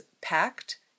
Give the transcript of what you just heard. packed